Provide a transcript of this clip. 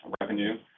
revenue